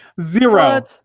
Zero